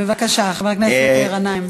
בבקשה, חבר הכנסת גנאים.